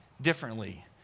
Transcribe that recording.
differently